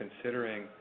considering